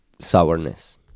sourness